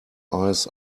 eyes